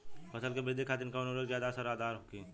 फसल के वृद्धि खातिन कवन उर्वरक ज्यादा असरदार होखि?